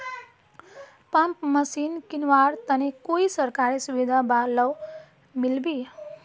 Pump machine किनवार तने कोई सरकारी सुविधा बा लव मिल्बी?